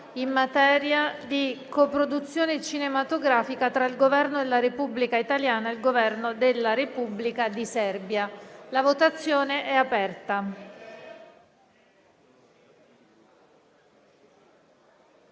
in materia di coproduzione cinematografica tra il Governo della Repubblica italiana e il Governo della Repubblica di Serbia, con Allegato,